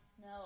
No